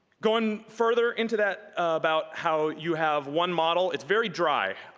going further into that about how you have one model. it's very dry.